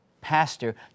pastor